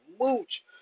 Mooch